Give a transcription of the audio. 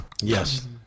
Yes